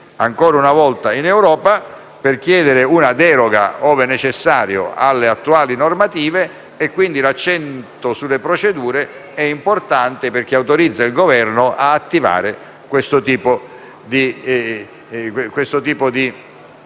ancora una volta in Europa, per chiedere una deroga, ove necessario, alle attuali normative. Quindi, porre l'accento sulle procedure è importante, perché autorizza il Governo ad attivare questo tipo di